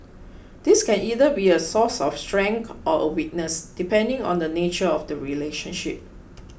this can either be a source of strength or a weakness depending on the nature of the relationship